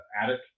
attic